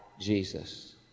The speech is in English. Jesus